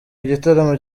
igitaramo